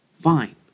fine